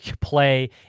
play